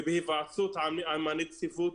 ובהיוועצות עם הנציבות,